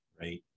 Right